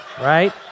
right